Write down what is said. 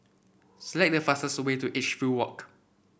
select the fastest way to Edgefield Walk